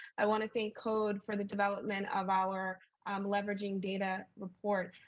i want to thank code for the development of our um leverages data report.